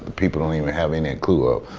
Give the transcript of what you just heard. people don't even have any clue of.